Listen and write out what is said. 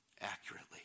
Accurately